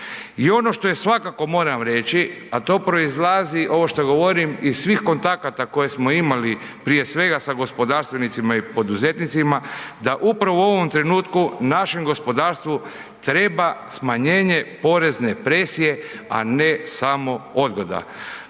I ono što je svakako moram reći, a to proizlazi, ovo što govorim, iz svih kontakata koje smo imali, prije svega sa gospodarstvenicima i poduzetnicima da upravo u ovom trenutku našem gospodarstvu treba smanjenje porezne presije, a ne samo odgoda.